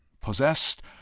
possessed